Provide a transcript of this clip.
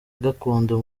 gakondo